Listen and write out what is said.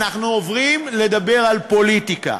אנחנו עוברים לדבר על פוליטיקה.